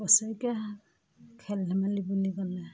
বছৰেকীয়া খেল ধেমালি বুলি ক'লে